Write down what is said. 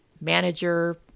manager